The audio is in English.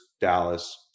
Dallas